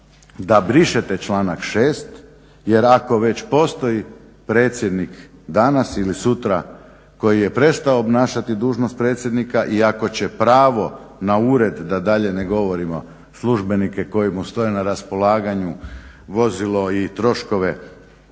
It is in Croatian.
da brišete članak 6. jer ako već postoji predsjednik danas ili sutra koji je prestao obnašati dužnost predsjednika i ako će pravo na ured, da dalje ne govorimo službenike koji mu stoje na raspolaganju, vozilo i troškove